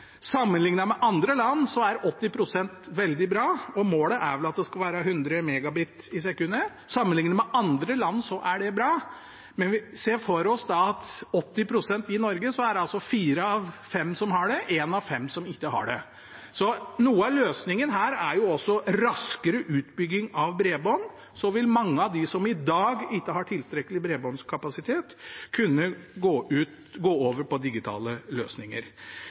målet er vel at det skal være 100 Mbit/s. Sammenlignet med andre land er 80 pst. veldig bra, men vi ser for oss at med 80 pst. i Norge er det fire av fem som har det, og en av fem som ikke har det. Så noe av løsningen her er også raskere utbygging av bredbånd. Da vil mange av dem som ikke i dag har tilstrekkelig bredbåndskapasitet, kunne gå over til digitale løsninger.